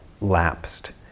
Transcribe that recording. lapsed